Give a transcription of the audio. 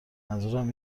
منظورم